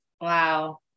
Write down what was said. Wow